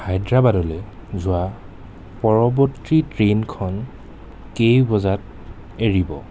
হায়দৰাবাদলৈ যোৱা পৰৱৰ্তী ট্ৰেইনখন কেইবজাত এৰিব